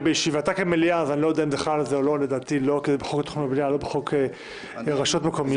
בקשת הממשלה להקדמת הדיון בהצעת חוק הארכת תקופות וקיום